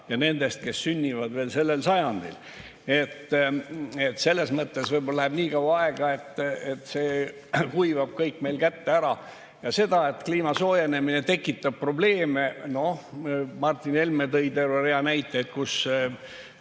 ja nendest, kes sünnivad veel sellel sajandil. Selles mõttes võib-olla läheb nii kaua aega, et see kuivab kõik meil kätte ära. Ja see, et kliima soojenemine tekitab probleeme. Noh, Martin Helme tõi terve rea näiteid